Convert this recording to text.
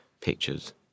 pictures